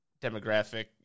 demographic